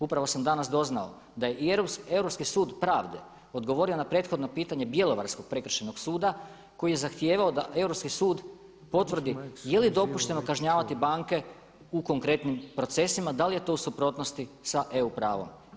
Upravo sam danas doznao da je i Europski sud pravde odgovorio na prethodno pitanje Bjelovarskog prekršajnog suda koji je zahtijevao da europski sud potvrdi je li dopušteno kažnjavati banke u konkretnim procesima, da li je to u suprotnosti sa EU pravom.